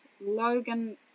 Logan